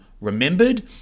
remembered